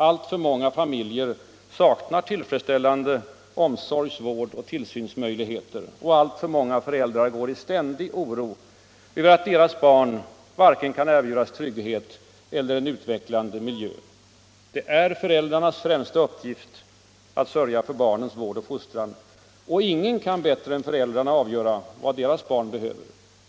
Alltför många familjer saknar tillfredsställande omsorgs-, vårdoch tillsynsmöjligheter. Alltför många föräldrar går i ständig oro över att deras barn kan erbjudas varken trygghet eller utvecklande miljö. Det är föräldrarnas främsta uppgift att sörja för barnens vård och fostran. Ingen kan bättre än föräldrarna avgöra vad deras barn behöver.